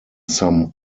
some